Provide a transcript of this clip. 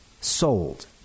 sold